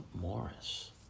Morris